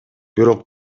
бирок